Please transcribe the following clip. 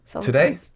Today